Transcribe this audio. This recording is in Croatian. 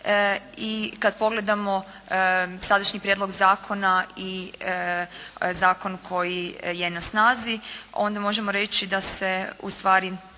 I kad pogledamo sadašnji prijedlog zakona i zakon koji je na snazi onda možemo reći da se ustvari